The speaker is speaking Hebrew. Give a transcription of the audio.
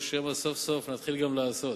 או שמא סוף-סוף נתחיל גם לעשות.